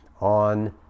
on